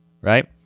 right